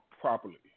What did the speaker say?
properly